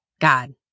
God